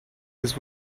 his